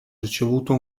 ricevuto